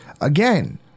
again